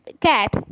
cat